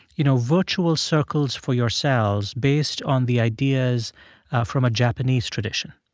you know, virtual circles for yourselves based on the ideas from a japanese tradition?